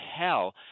hell